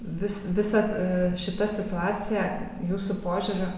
vis visa šita situacija jūsų požiūriu